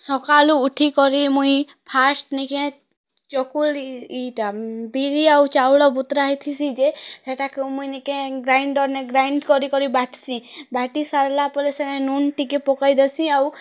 ସକାଳୁ ଉଠିକରି ମୁଇଁ ଫାଷ୍ଟ୍ ନିକେ ଚକୁଳି ଏଇଟା ବିରି ଆଉ ଚାଉଳ ବତୁରା ହେଇଥିସିଁ ଯେ ସେଇଟାକୁ ମୁଇଁ ନିକେ ଗ୍ରାଇଣ୍ଡର୍ ନେ ଗ୍ରାଇଣ୍ଡ୍ କରି କରି ବାଟସି ବାଟି ସାରିଲା ପରେ ସେ ନୁନ୍ ଟିକେ ପକାଇ ଦେସିଁ ଆଉ